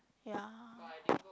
ya